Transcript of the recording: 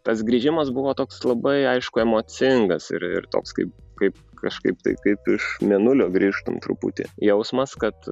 tas grįžimas buvo toks labai aišku emocingas ir ir toks kaip kaip kažkaip tai kaip iš mėnulio grįžtant truputį jausmas kad